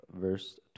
verse